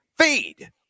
feed